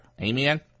Amen